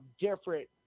different